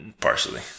Partially